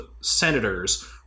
senators